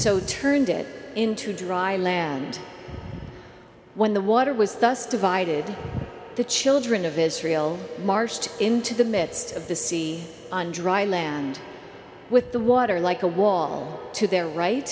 so turned it into dry land when the water was thus divided the children of israel marched into the midst of the sea on dry land with the water like a wall to their right